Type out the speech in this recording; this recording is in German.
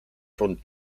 von